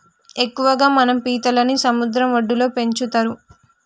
ఎక్కువగా మనం పీతలని సముద్ర వడ్డులో పెంచుతరు